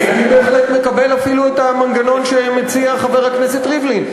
אני בהחלט מקבל אפילו את המנגנון שמציע חבר הכנסת ריבלין.